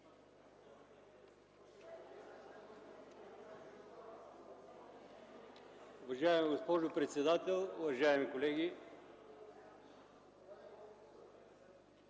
Уважаема госпожо председател, уважаеми колеги!